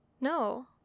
No